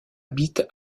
habite